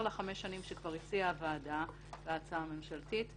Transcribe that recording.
ל-5 שנים שכבר הציעה הוועדה בהצעה הממשלתית,